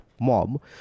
mob